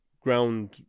ground